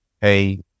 hey